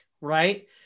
right